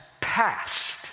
passed